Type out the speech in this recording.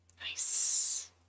Nice